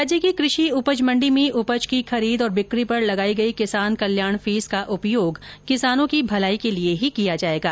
राज्य की कृषि उपज मण्डी में उपज की खरीद और बिकी पर लगाई गई किसान कल्याण फीस का उपयोग किसानों की भलाई के लिए ही किया जायेगा